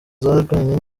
zarwanye